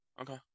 Okay